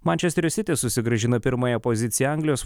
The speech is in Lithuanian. mančesterio siti susigrąžino pirmąją poziciją anglijos